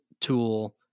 tool